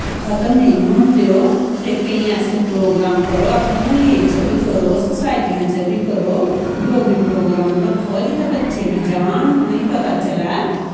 खत्म नेंई होन देओ ते केंई ऐसे प्रोगरॉम करो अपने म्ह्ल्लें च करो अपनी सोसाइटियें बी करो डोगरी प्रोगरॉम रक्खो जित्थें बच्चे बी जान उनें पता चलै